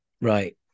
right